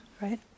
right